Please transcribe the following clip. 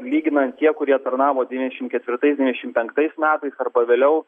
lyginant tie kurie tarnavo devyniasdešim ketvirtais devyniasdešim penktais metais arba vėliau